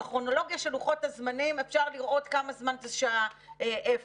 בכרונולוגיה של לוחות הזמנים אפשר לשהות כמה זמן זה שהה איפה.